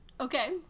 Okay